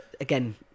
again